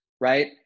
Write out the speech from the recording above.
right